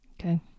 Okay